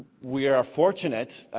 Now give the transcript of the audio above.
we are fortunate,